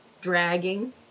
dragging